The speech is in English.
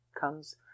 comes